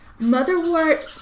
Motherwort